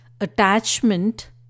attachment